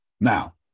Now